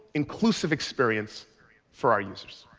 inclusive experience for our users.